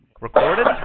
Recorded